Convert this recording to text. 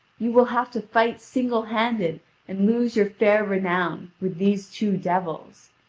you will have to fight singlehanded and lose your fair renown with these two devils.